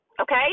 Okay